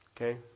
Okay